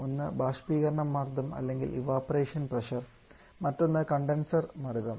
ഒന്ന് ബാഷ്പീകരണ മർദ്ദം ഇവപൊറേഷൻ പ്രഷർ മറ്റൊന്ന് കണ്ടൻസർ മർദ്ദം